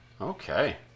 Okay